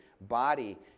body